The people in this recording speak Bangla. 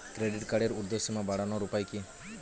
ক্রেডিট কার্ডের উর্ধ্বসীমা বাড়ানোর উপায় কি?